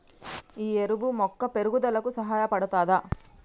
ఈ ఎరువు మొక్క పెరుగుదలకు సహాయపడుతదా?